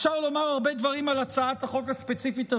אפשר לומר הרבה דברים על הצעת החוק הספציפית הזו,